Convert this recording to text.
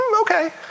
Okay